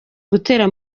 gutera